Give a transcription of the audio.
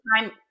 time